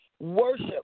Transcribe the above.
Worship